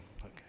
Okay